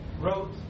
wrote